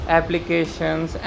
applications